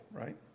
Right